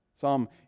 Psalm